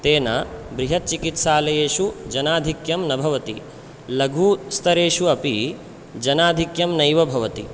तेन बृहत् चिकित्सालयेषु जनाधिक्यं न भवति लघुस्तरेषु अपि जनाधिक्यं नैव भवति